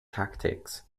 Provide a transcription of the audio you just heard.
tactics